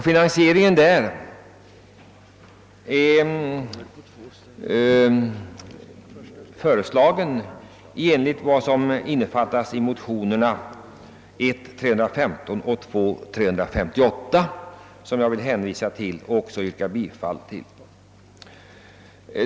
Finansieringen därvidlag är föreslagen i enlighet med vad som innefattas i motionerna I:315 och II:358, som jag även yrkar bifall till.